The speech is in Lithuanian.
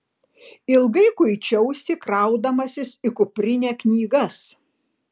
ilgai kuičiausi kraudamasis į kuprinę knygas